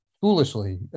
foolishly